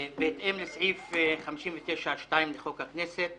בהתאם לסעיף 59(2) לחוק הכנסת,